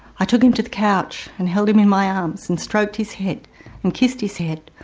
i took him to the couch and held him in my arms and stroked his head and kissed his head,